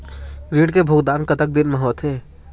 ऋण के भुगतान कतक दिन म होथे?